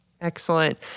Excellent